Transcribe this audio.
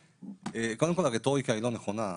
קודם כל, הרטוריקה היא לא נכונה.